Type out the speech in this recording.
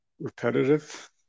repetitive